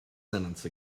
sentence